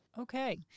Okay